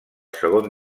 segon